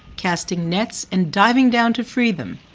casting nets and diving down to free them,